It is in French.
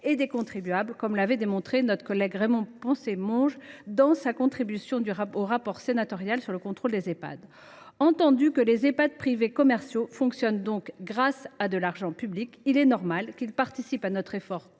et des contribuables, comme l’a démontré notre collègue Raymonde Poncet Monge dans sa contribution au rapport sénatorial sur le contrôle des Ehpad. Entendu que les Ehpad privés commerciaux fonctionnent donc grâce à de l’argent public, il est normal qu’ils participent à notre effort collectif